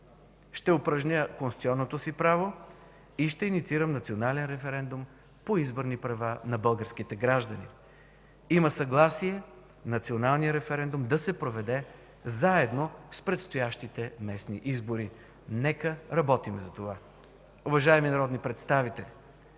Ще упражня конституционното си право и ще инициирам национален референдум по изборните права на българските граждани. Има съгласие националният референдум да се проведе заедно с предстоящите местни избори. Нека работим за това. Уважаеми народни представители,